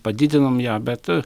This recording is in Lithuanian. padidinom ją bet